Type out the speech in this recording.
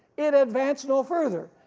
it advance no further,